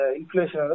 inflation